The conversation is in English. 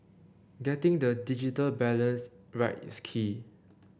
getting the digital balance right is key